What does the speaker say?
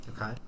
okay